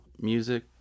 music